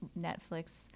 netflix